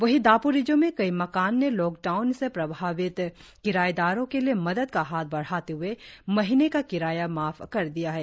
वहीं दापारिजों में कई मकान ने लॉकडाउन से प्रभावित किरायेदारों के लिए मदद का हाथ बढ़ाते हए महीने का किराया माफ कर दिया है